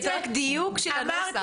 רק דיוק של הנוסח.